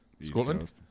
Scotland